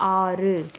ஆறு